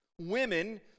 women